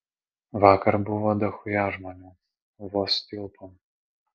vakar buvo dachuja žmonių vos tilpom